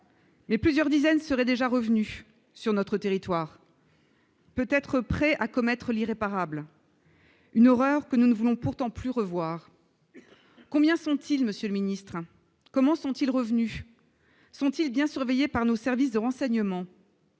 dizaines de combattants seraient déjà revenus sur notre territoire, peut-être prêts à commettre l'irréparable, une horreur que nous ne voulons pourtant plus revoir. Combien sont-ils, monsieur le ministre ? Comment sont-ils revenus ? Sont-ils bien surveillés par nos services de renseignement ?